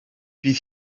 bydd